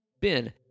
Ben